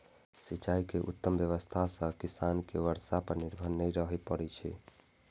सिंचाइ के उत्तम व्यवस्था सं किसान कें बर्षा पर निर्भर नै रहय पड़ै छै